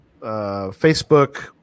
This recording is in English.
Facebook